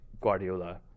Guardiola